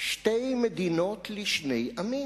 "שתי מדינות לשני עמים"